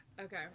Okay